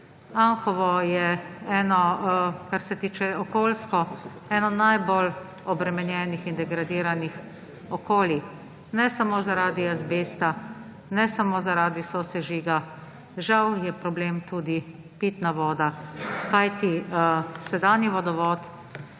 Anhovo je, kar se tiče okolja, eno najbolj obremenjenih in degradiranih okolij; ne samo zaradi azbesta, ne samo zaradi sosežiga, žal je problem tudi pitna voda. Kajti sedanji vodovod,